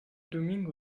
domingo